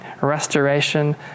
restoration